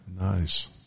Nice